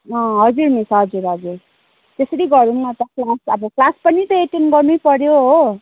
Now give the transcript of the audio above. अँ हजुर मिस हजुर हजुर त्यसरी गरौँ न त क्लास अब क्लास पनि त एट्टेन गर्नै पर्यो